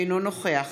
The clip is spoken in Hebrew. אינו נוכח